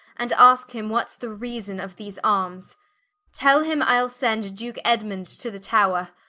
and aske him what's the reason of these armes tell him, ile send duke edmund to the tower,